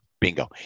Bingo